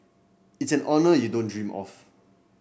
it's an honour you don't dream of